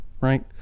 right